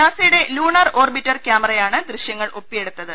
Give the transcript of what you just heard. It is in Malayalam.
നാസ യുടെ ലൂണാർ ഓർബിറ്റർ ക്യാമറയാണ് ദൃശ്യങ്ങൾ ഒപ്പിയെടു ത്തത്